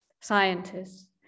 scientists